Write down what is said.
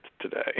today